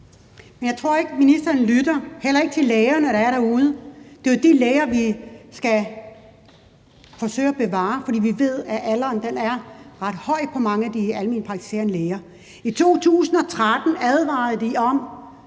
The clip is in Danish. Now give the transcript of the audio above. Jeg tror ikke, at ministeren lytter, heller ikke til lægerne, der er derude. Det er jo de læger, vi skal forsøge at bevare, fordi vi ved, at alderen er ret høj hos mange af de alment praktiserende læger. I 2013 advarede de om,